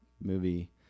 movie